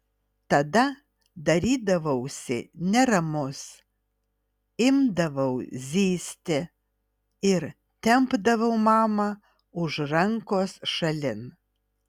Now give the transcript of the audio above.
tada darydavausi neramus imdavau zyzti ir tempdavau mamą už rankos šalin